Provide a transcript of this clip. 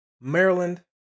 Maryland